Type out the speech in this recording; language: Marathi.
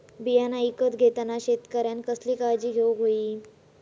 बियाणा ईकत घेताना शेतकऱ्यानं कसली काळजी घेऊक होई?